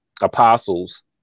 apostles